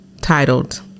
titled